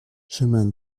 chemin